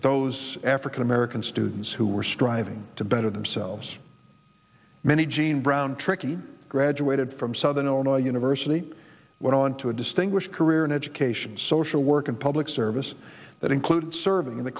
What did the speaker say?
those african american students who were striving to better themselves many jean brown tricky graduated from southern illinois university went on to a distinguished career in education social work and public service that included serving in the